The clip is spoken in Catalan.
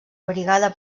brigada